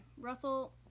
Russell